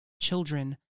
children